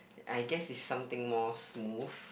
I guess is something more smooth